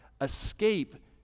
Escape